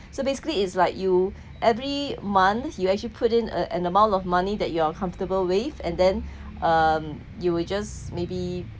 so basically is like you every month you actually put in a an amount of money that you are comfortable wave and then um you will just maybe